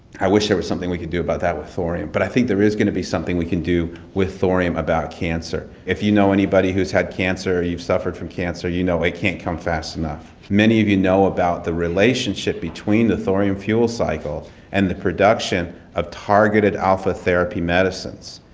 i wish there was something we could do about that with thorium, but i do think there is gonna be something we can do with thorium about cancer. if you know anybody who's had cancer, or you've suffered from cancer, you know it can't come fast enough. many of you know about the relationship between the thorium fuel cycle and the production of targeted alpha therapy medicines.